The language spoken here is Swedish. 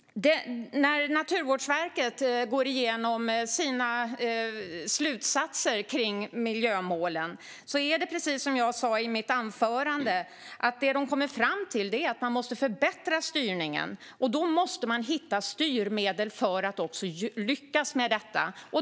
När Naturvårdsverket går igenom sina slutsatser om miljömålen kommer de, precis som jag sa i mitt anförande, fram till att man måste förbättra styrningen, och då måste man hitta styrmedel för att lyckas med detta.